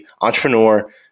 entrepreneur